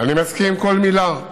אני מסכים לכל מילה,